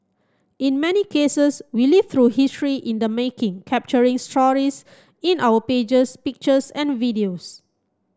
in many cases we live through history in the making capturing stories in our pages pictures and videos